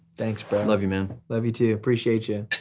thanks, bro. love you man. love you too, appreciate you.